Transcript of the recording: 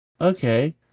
Okay